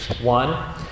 one